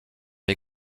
les